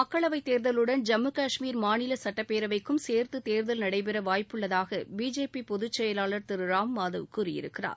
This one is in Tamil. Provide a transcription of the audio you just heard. மக்களவைத் தேர்தலுடன் ஜம்மு கஷ்மீர் மாநில சுட்டப்பேரவைக்கும் சேர்த்து தேர்தல் நடைபெற வாய்ப்புள்ளதாக பிஜேபி பொதுச் செயலாளர் திரு ராம் மாதவ் கூறியிருக்கிறார்